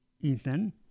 ethan